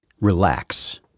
relax